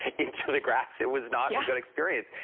into the grass it was not a good experience.